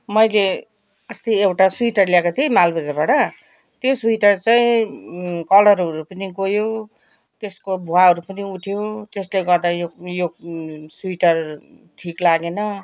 मैले अस्ति एउटा स्वेटर ल्याएको थिएँ मालबजारबाट त्यो स्वेटर चाहिँ कलरहरू पनि गयो त्यसको भुवाहरू पनि उठ्यो त्यसले गर्दा यो यो स्वेटर ठिक लागेन